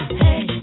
hey